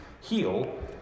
heal